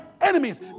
enemies